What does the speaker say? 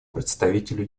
представителю